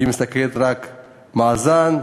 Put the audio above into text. היא מסתכלת רק מאזן,